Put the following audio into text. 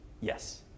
Yes